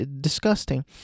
disgusting